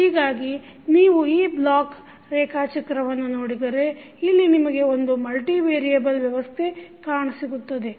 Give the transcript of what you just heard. ಹೀಗಾಗಿ ನೀವು ಈ ಬ್ಲಾಕ್ ರೇಖಾಚಿತ್ರವನ್ನು ನೋಡಿದರೆ ಇಲ್ಲಿ ನಿಮಗೆ ಒಂದು ಮಲ್ಟಿ ವೇರಿಯಬಲ್ ವ್ಯವಸ್ಥೆ ಕಾಣಸಿಗುತ್ತದೆ